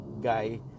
guy